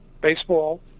baseball